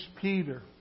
Peter